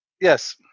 Yes